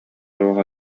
туох